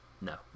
No